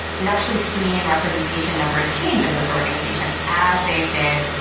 we've actually seen representation numbers change in those organizations as they've been